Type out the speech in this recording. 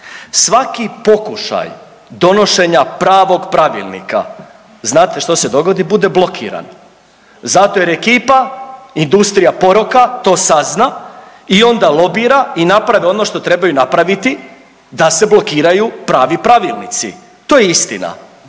Svaki pokušaj donošenja pravog pravilnika, znate što se dogodi, bude blokiran. Zato jer ekipa, industrija poroka to sazna i onda lobira i napravi ono što treba napraviti da se blokiraju pravi pravilnici. To je istina.